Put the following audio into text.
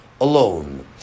alone